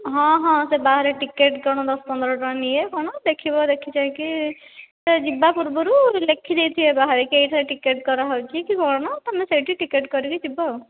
ହଁ ହଁ ସେ ବାହାରେ ଟିକେଟ କ'ଣ ଦଶ ପନ୍ଦର ଟଙ୍କା ନିଏ କ'ଣ ଦେଖି ଚାହିଁକି ଯିବା ପୂର୍ବରୁ ଲେଖି ଦେଇଥିବେ ବାହାରେ କେତେ ଟିକେଟ କରାଯାଉଛି କ'ଣ ତୁମେ ସେଇଠି ଟିକେଟ କରିକି ଯିବ ଆଉ